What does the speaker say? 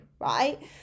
right